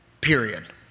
period